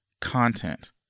content